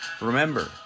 Remember